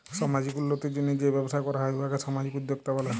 সামাজিক উল্লতির জ্যনহে যে ব্যবসা ক্যরা হ্যয় উয়াকে সামাজিক উদ্যোক্তা ব্যলে